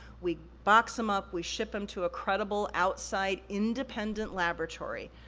we box em up, we ship em to a credible outside independent laboratory.